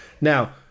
Now